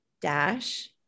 dash